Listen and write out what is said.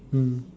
mm